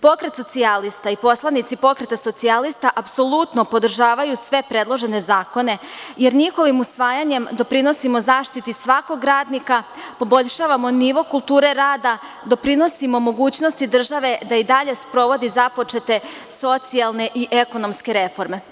Pokret socijalista i poslanici Pokreta socijalista apsolutno podržavaju sve predložene zakone, jer njihovim usvajanjem doprinosimo zaštiti svakog radnika, poboljšavamo nivo kulture rada, doprinosimo mogućnosti države da i dalje sprovodi započete socijalne i ekonomske reforme.